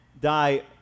die